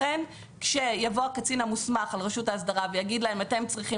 לכן כשיבוא הקצין המוסמך על רשות האסדרה ויגיד להם: אתם צריכים